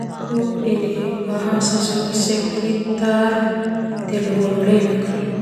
Bahasa sekitar telu hulu lenak kala.